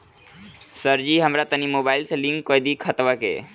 सरजी हमरा तनी मोबाइल से लिंक कदी खतबा के